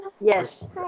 Yes